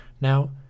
Now